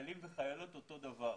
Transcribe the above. חיילים וחיילות אותו דבר.